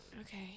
okay